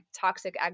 toxic